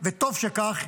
וטוב שכך.